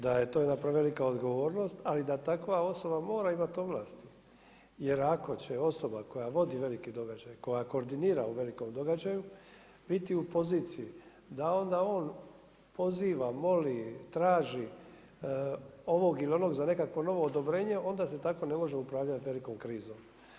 Da je to jedna velika odgovornost, ali da takva osoba mora imati ovlasti, jer ako će osoba koja vodi veliki događaj, koja koordinira o velikom događaju, biti u poziciji da onda on poziva, moli, traži, ovog ili onog, za nekakvo novo odobrenje, onda se tako ne može upravljati velikom krizom.